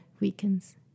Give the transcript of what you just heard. weakens